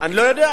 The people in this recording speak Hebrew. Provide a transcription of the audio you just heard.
אני לא יודע.